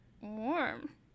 warm